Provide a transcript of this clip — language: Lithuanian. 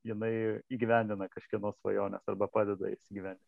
jinai įgyvendina kažkieno svajones arba padeda jas įgyvendint